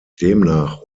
demnach